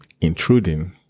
intruding